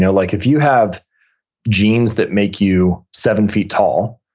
so like if you have genes that make you seven feet tall,